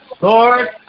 Lord